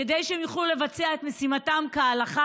כדי שהם יוכלו לבצע את משימתם כהלכה,